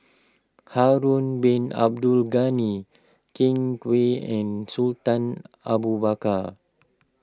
Harun Bin Abdul Ghani Ken Kwek and Sultan Abu Bakar